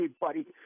buddy